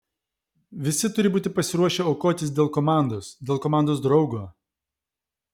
visi turi būti pasiruošę aukotis dėl komandos dėl komandos draugo